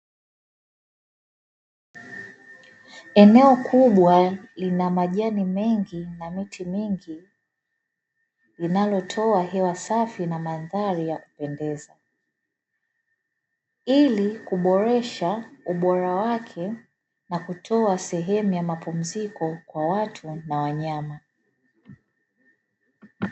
Eneo kubwa lina majani mengi na miti mingi linalotoa hewa safi na mandhari ya kupendeza, ili kuboresha ubora wake na kutoa sehemu ya mapumziko kwa watu na wanyama.